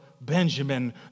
Benjamin